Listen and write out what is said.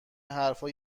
حرفا